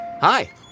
Hi